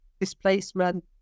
displacement